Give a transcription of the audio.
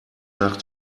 nach